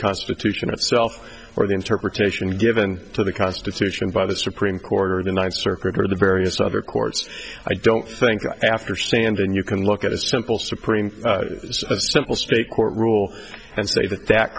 constitution itself or the interpretation given to the constitution by the supreme court or the ninth circuit or the various other courts i don't think after sandy and you can look at a simple supreme a simple state court rule